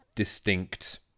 distinct